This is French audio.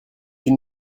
une